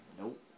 Nope